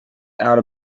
out